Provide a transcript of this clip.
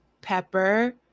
Pepper